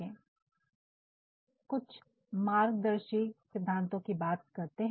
चलिए कुछ मार्गदर्शी सिद्धांतों की बात करते हैं